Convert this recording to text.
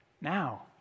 now